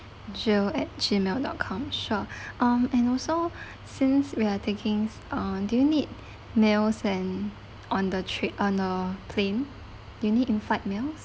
jill at G mail dot com sure um and also since we are takings uh do you need meals and on the trip on the plane you need inflight meals